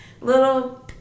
Little